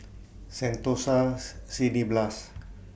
Sentosa's Cineblast